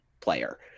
player